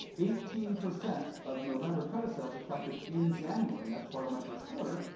eighteen percent of november credit sales are collected in january, and that's part of my first quarter.